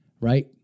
right